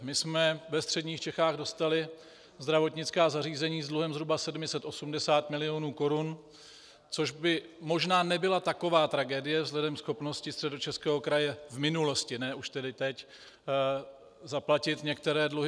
My jsme ve středních Čechách dostali zdravotnická zařízení s dluhem zhruba 780 milionů korun, což by možná nebyla taková tragédie vzhledem ke schopnosti Středočeského kraje v minulosti, ne už teď, zaplatit některé dluhy.